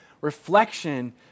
reflection